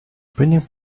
printing